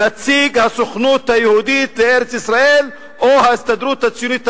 "נציג הסוכנות היהודית לארץ-ישראל או ההסתדרות הציונית העולמית".